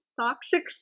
Toxic